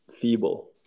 feeble